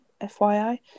FYI